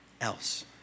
else